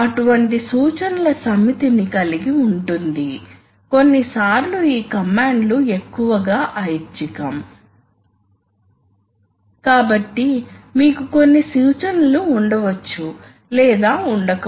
కాబట్టి సప్లై నేరుగా ట్యాంకుకు వెళుతుంది ఇప్పుడు ఇది అక్కడ లేదని అనుకుందాం అంటే ఇప్పుడు ఇది పొజిషన్ ఇక్కడ అది ఉంది కాబట్టి ఈ పొజిషన్ లో ఇది కనెక్ట్ అవుతుంది